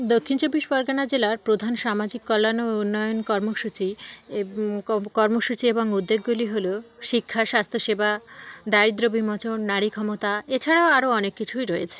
দক্ষিণ চব্বিশ পরগনা জেলার প্রধান সামাজিক কল্যাণ ও উন্নয়ন কর্মসূচি কর্মসূচি এবং উদ্যেগগুলি হলো শিক্ষার স্বাস্ত্য সেবা দারিদ্র বিমোচন নারী ক্ষমতা এছাড়াও আরও অনেক কিছুই রয়েছে